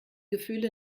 gefühle